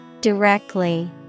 Directly